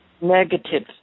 Negative